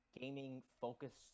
gaming-focused